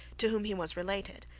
to whom he was related,